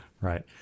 right